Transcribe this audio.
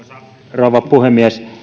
rouva puhemies